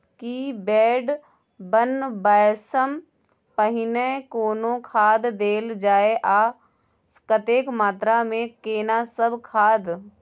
की bed बनबै सॅ पहिने कोनो खाद देल जाय आ कतेक मात्रा मे केना सब खाद?